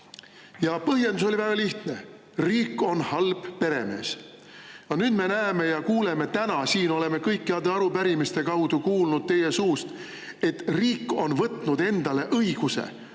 Ja põhjendus oli väga lihtne: riik on halb peremees. Aga nüüd me näeme ja kuuleme siin täna, oleme kõikide heade arupärimiste kaudu kuulnud teie suust, et riik on võtnud endale õiguse otsustada